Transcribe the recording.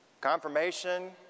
confirmation